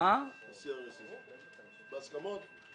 זה בהסכמות?